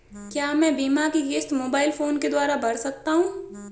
क्या मैं बीमा की किश्त मोबाइल फोन के द्वारा भर सकता हूं?